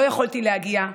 לא יכולתי להגיע,